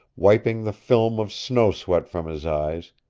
wiping the film of snow-sweat from his eyes,